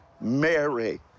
Mary